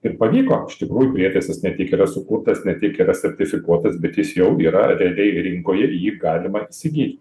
ir pavyko iš tikrųjų prietaisas ne tik yra sukurtas ne tik yra sertifikuotas bet jis jau yra realiai rinkoje jį galima įsigyt